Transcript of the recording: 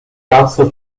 razzo